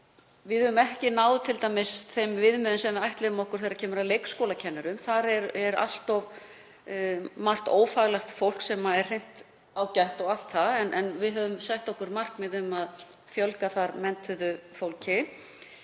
Við höfum t.d. ekki náð þeim viðmiðum sem við ætluðum okkur þegar kemur að leikskólakennurum. Þar er allt of margt ófaglært fólk, sem er hreint ágætt og allt það, en við höfum sett okkur markmið um að fjölga menntuðu fólki.